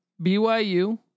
BYU